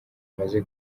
umaze